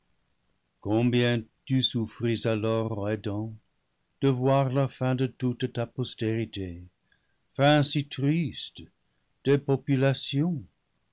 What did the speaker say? combien tu souffris alors ô adam de voir la fin de toute ta postérité fin si triste dépopulation